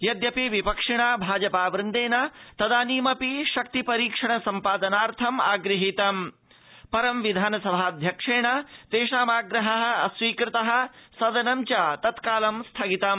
यद्यपि विपक्षिणा भाजपा वृन्देन तदानीमपि शक्ति परीक्षण सम्पादनार्थम् आगृहीतम् पर विधानसभाऽध्यक्षेण तेषामाप्रहः अस्वीकृतः सदनं च तत्कालं स्थगितम्